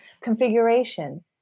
configuration